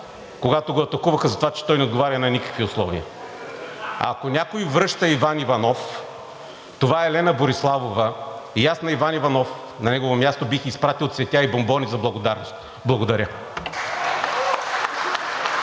когато го атакуваха за това, че той не отговаря на никакви условия. Ако някой връща Иван Иванов, това е Лена Бориславова и аз на негово място – на Иван Иванов, бих изпратил цветя и бонбони за благодарност. Благодаря.